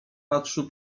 patrzy